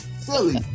Silly